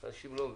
אנשים לא מבינים.